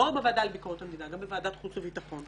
לא רק בוועדה לביקורת המדינה אלא גם בוועדת חוץ וביטחון.